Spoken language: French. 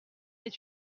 est